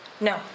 No